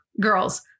girls